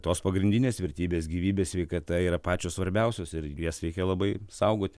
tos pagrindinės vertybės gyvybė sveikata yra pačios svarbiausios ir jas reikia labai saugoti